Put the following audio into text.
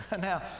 Now